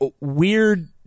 weird